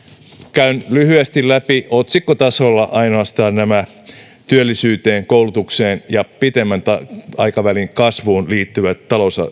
käyn lyhyesti läpi otsikkotasolla ainoastaan nämä työllisyyteen koulutukseen ja pitemmän aikavälin kasvuun liittyvät